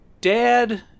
Dad